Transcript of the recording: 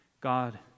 God